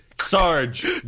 sarge